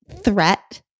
threat